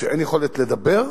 כשאין יכולת לדבר,